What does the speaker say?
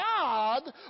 God